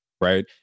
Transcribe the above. right